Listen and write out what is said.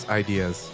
ideas